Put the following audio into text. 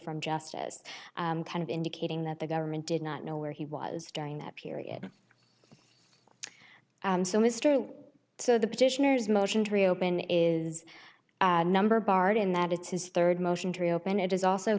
from justice kind of indicating that the government did not know where he was during that period so mr so the petitioner's motion to reopen is number barred in that it's his third motion to reopen it is also